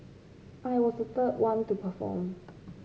I was the third one to perform